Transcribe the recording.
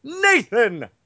Nathan